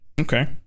Okay